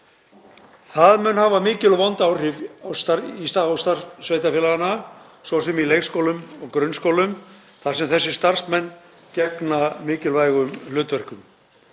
Það mun hafa mikil og vond áhrif á starf sveitarfélaganna, svo sem í leikskólum og grunnskólum þar sem þessir starfsmenn gegna mikilvægum hlutverkum.